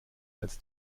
als